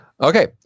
Okay